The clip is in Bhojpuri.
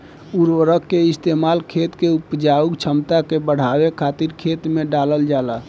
उर्वरक के इस्तेमाल खेत के उपजाऊ क्षमता के बढ़ावे खातिर खेत में डालल जाला